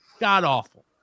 god-awful